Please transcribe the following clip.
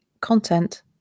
content